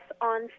on